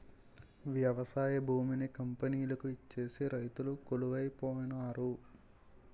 వ్యవసాయ భూమిని కంపెనీలకు ఇచ్చేసి రైతులు కొలువై పోనారు